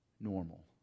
normal